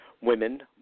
women